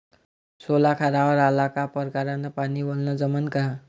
सोला खारावर आला का परकारं न पानी वलनं जमन का?